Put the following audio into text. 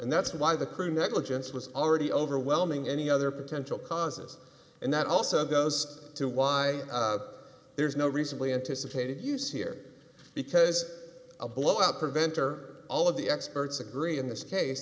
and that's why the crew negligence was already overwhelming any other potential causes and that also goes to why there's no recently anticipated use here because a blowout preventer all of the experts agree in this case